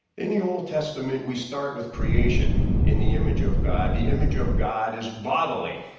in the old testament we start with creation in the image of god, the image of god is bodily.